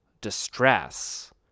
distress